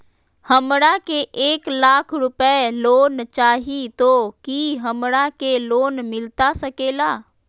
हमरा के एक लाख रुपए लोन चाही तो की हमरा के लोन मिलता सकेला?